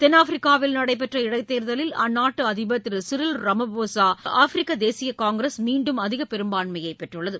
தென்னாப்பிரிக்காவில் நடைபெற்ற இடைத் தேர்தலில் அந்நாட்டு அதிபர் திரு சிறில் ராமபோசா வின் ஆப்பிரிக்க தேசிய காங்கிரஸ் மீண்டும் அதிக பெரும்பான்மையைப் பெற்றுள்ளது